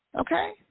Okay